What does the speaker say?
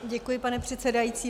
Děkuji, pane předsedající.